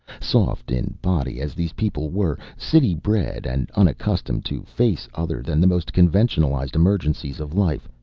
soft in body as these people were, city-bred and unaccustomed to face other than the most conventionalized emergencies of life,